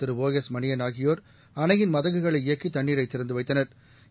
திரு O S Manian ஆகியோர் அணையின் மதகுகளை இயக்கி தண்ணீரை திறந்து வைத்தனா்